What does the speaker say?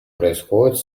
происходит